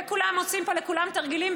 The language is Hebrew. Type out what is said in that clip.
וכולם עושים פה לכולם תרגילים,